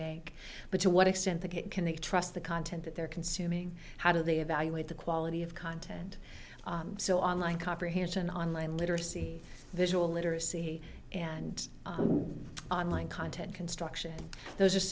make but to what extent they get connect trust the content that they're consuming how do they evaluate the quality of content so online comprehension online literacy visual literacy and online content construction th